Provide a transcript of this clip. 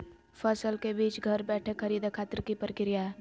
फसल के बीज घर बैठे खरीदे खातिर की प्रक्रिया हय?